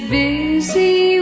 busy